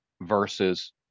versus